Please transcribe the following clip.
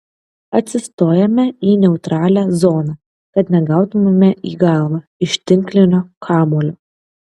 atsistojame į neutralią zoną kad negautumėme į galvą iš tinklinio kamuolio